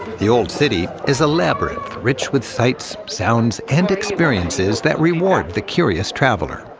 the old city is a labyrinth, rich with sights, sounds, and experiences that reward the curious traveler.